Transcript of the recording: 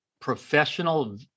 professional